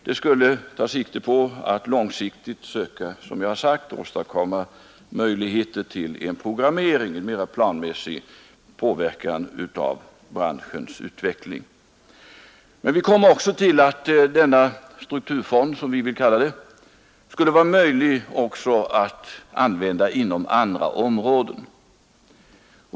Det skulle ta sikte på att långsiktigt söka åstadkomma möjligheter till en programmering, en mer planmässig påverkan av branschens utveckling. Men vi kom också fram till att denna strukturfond, som vi vill kalla den, skulle vara möjlig att använda även inom andra områden.